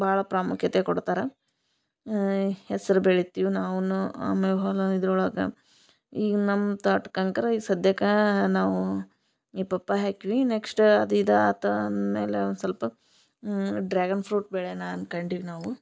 ಭಾಳ ಪ್ರಾಮುಖ್ಯತೆ ಕೊಡ್ತಾರ ಹೆಸ್ರು ಬೆಳಿತಿವಿ ನಾವುನು ಆಮೇಗೆ ಹೊಲ ಇದರೊಳಗ ಈಗ ನಮ್ಮ ತ್ವಾಟಕ್ಕ ಅಂಕರ ಈಗ ಸದ್ಯಕ್ಕಾ ನಾವು ಈ ಪಪ್ಪಾಯ ಹಾಕ್ವಿ ನೆಕ್ಸ್ಟ ಅದು ಇದಾತು ಆಮೇಲೆ ಒಂದು ಸ್ವಲ್ಪ ಡ್ರ್ಯಾಗನ್ ಫ್ರೂಟ್ ಬೆಳ್ಯಣ ಅನ್ಕಂಡಿವಿ ನಾವು